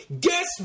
Guess